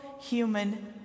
human